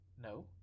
No